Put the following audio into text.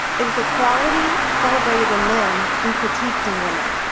it is a quality celebrateed in men and critiqueed in women.